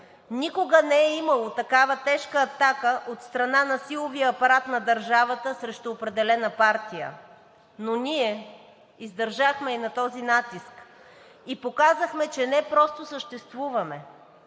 Никога не е имало такава тежка атака от страна на силовия апарат на държавата срещу определена партия, но ние издържахме и на този натиск и показахме, че не просто съществуваме,